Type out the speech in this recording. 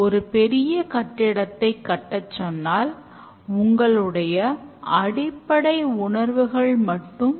எனவே அனைத்து டெவலப்பர்களும் ஒத்து கொள்வதென்றால் code மதிப்பீடு ஒரு நல்ல செயல்முறை